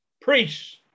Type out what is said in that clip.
priests